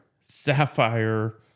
Sapphire